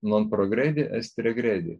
non progredi est regredi